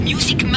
Music